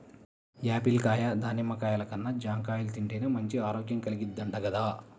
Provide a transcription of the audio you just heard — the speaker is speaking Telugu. యాపిల్ కాయ, దానిమ్మ కాయల కన్నా జాంకాయలు తింటేనే మంచి ఆరోగ్యం కల్గిద్దంట గదా